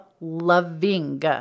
loving